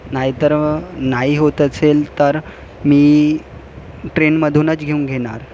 नाहीतर नाही होत असेल तर मी ट्रेनमधूनच घेऊन घेणार